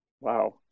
Wow